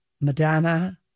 Madonna